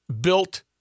built